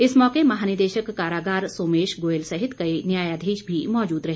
इस मौके महानिदेशक कारागार सोमेश गोयल सहित कई न्यायाधीश भी मौजूद रहे